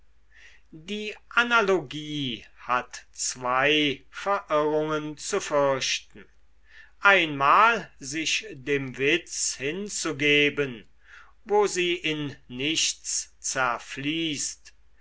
die analogie hat zwei verirrungen zu fürchten einmal sich dem witz hinzugeben wo sie in nichts zerfließt